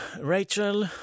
Rachel